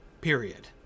period